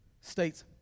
states